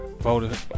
Voted